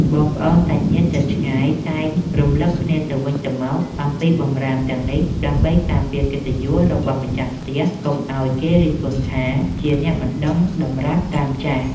បងប្អូនសាច់ញាតិជិតឆ្ងាយតែងរំលឹកគ្នាទៅវិញទៅមកអំពីបម្រាមទាំងនេះ ដើម្បីការពារកិត្តិយសរបស់ម្ចាស់ផ្ទះកុំឱ្យគេរិះគន់ថា ជាអ្នកមិនដឹងតម្រាប់តាមចាស់។